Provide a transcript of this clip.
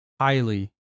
highly